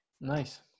nice